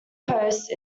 post